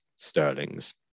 Sterlings